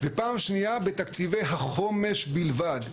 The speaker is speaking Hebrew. ופעם שניה בתקציבי החומש בלבד.